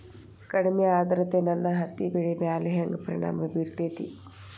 ಕಡಮಿ ಆದ್ರತೆ ನನ್ನ ಹತ್ತಿ ಬೆಳಿ ಮ್ಯಾಲ್ ಹೆಂಗ್ ಪರಿಣಾಮ ಬಿರತೇತಿ?